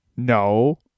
No